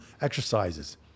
exercises